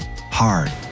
hard